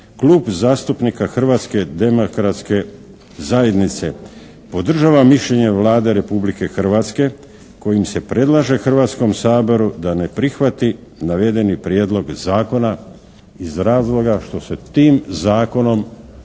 Klub zastupnika Hrvatske demokratske zajednice podržava mišljenje Vlade Republike Hrvatske kojim se predlaže Hrvatskom saboru da ne prihvati navedeni Prijedlog zakona iz razloga što se tim zakonom predlaže